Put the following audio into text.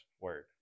word